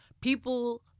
People